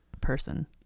person